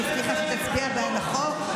שהבטיחה שתצביע בעד החוק.